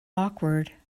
awkward